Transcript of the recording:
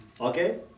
Okay